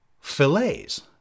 fillets